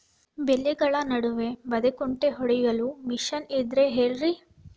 ಬೆಳೆಗಳ ನಡುವೆ ಬದೆಕುಂಟೆ ಹೊಡೆಯಲು ಮಿಷನ್ ಇದ್ದರೆ ಹೇಳಿರಿ